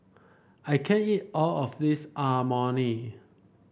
I can't eat all of this Imoni